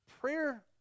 Prayer